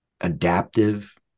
adaptive